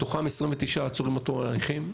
מתוכם 29 עצורים עד תום הליכים,